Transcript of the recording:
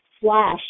flash